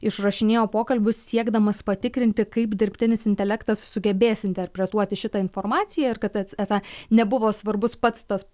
išrašinėjo pokalbius siekdamas patikrinti kaip dirbtinis intelektas sugebės interpretuoti šitą informaciją ir kad esą nebuvo svarbus pats tas